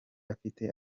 afite